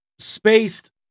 spaced